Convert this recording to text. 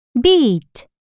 Beat